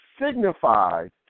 signifies